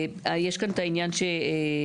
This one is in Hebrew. יש כאן את העניין שהעובד,